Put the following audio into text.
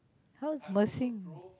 how's Mersing